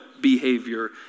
behavior